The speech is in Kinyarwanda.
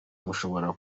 mushobora